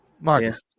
Marcus